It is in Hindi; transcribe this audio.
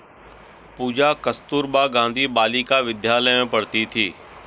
पूजा कस्तूरबा गांधी बालिका विद्यालय में पढ़ती थी